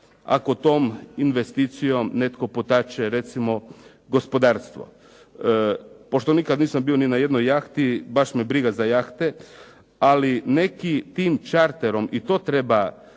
ako tom investicijom netko potače recimo gospodarstvo. Pošto nikad nisam bio ni na jednoj jahti baš me briga za jahte ali neki tim čarterom, i to treba